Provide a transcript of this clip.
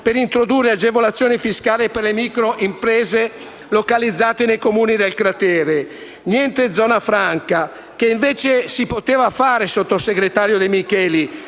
per introdurre agevolazioni fiscali per le microimprese localizzate nei Comuni del cratere. Niente zona franca che, invece, si poteva fare, sottosegretario De Micheli,